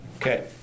Okay